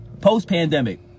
Post-pandemic